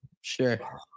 Sure